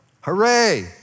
Hooray